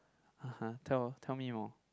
(uh huh) tell tell me more